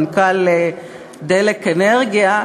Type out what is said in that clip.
מנכ"ל "דלק אנרגיה",